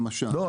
למשל --- לא,